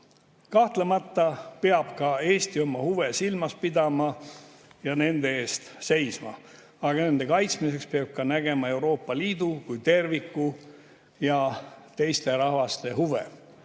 Kahtlemata peab ka Eesti oma huve silmas pidama ja nende eest seisma. Aga nende kaitsmiseks peab nägema Euroopa Liidu kui terviku ja teiste rahvaste huve.